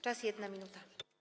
Czas - 1 minuta.